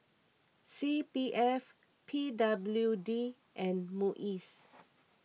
C P F P W D and Muis